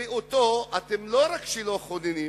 ואותו אתם לא רק שלא חוננים,